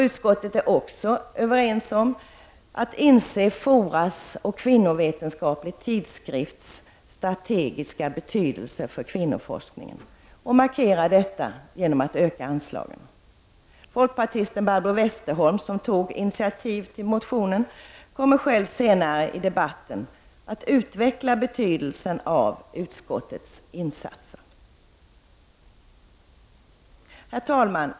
Utskottet är också överens om att fora och Kvinnovetenskaplig Tidskrift har strategisk betydelse för kvinnoforskningen och markerar detta genom att öka anslagen. Folkpartisten Barbro Westerholm, som tog initativ till motionen, kommer själv senare i debatten att utveckla betydelsen av utskottets insatser. Herr talman!